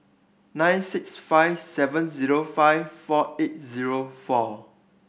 nine six five seven zero five four eight zero four